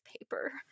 paper